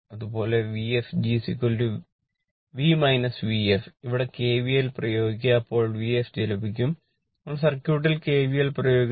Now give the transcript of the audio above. അതുപോലെ VfgV V ef ഇവിടെ kvl പ്രയോഗിക്കുക അപ്പോൾ Vfg ലഭിക്കും നമ്മൾ സർക്യൂട്ടിൽ kvl പ്രയോഗിക്കുന്നു